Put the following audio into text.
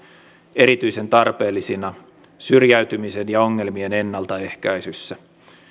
erityisen tarpeellisina syrjäytymisen ja ongelmien ennaltaehkäisyssä